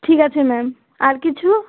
ঠিক আছে ম্যাম আর কিছু